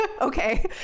okay